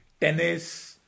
tennis